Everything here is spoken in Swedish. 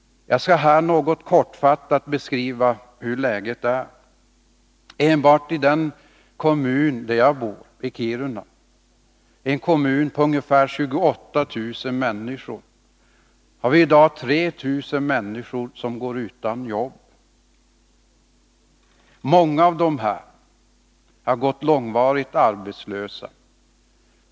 Jag skall här något kortfattat beskriva hur läget är. Enbart i den kommun där jag bor, Kiruna, en kommun med ungefär 28 000 invånare, går i dag 3 000 människor utan jobb. Många av dem har gått arbetslösa sedan länge.